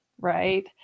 right